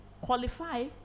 qualify